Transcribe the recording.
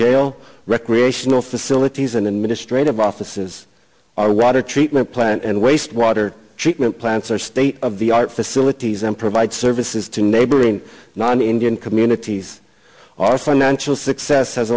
jail recreational facilities and ministry of offices our water treatment plant and wastewater treatment plants are state of the art facilities and provide services to neighboring non indian communities our financial success has